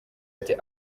ati